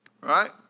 right